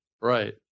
right